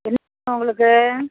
என்ன உங்களுக்கு